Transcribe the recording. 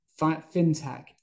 fintech